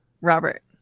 Robert